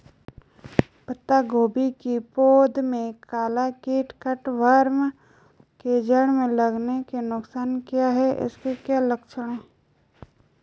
पत्ता गोभी की पौध में काला कीट कट वार्म के जड़ में लगने के नुकसान क्या हैं इसके क्या लक्षण हैं?